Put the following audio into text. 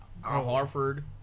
harford